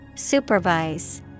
Supervise